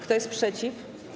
Kto jest przeciw?